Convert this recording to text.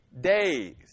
days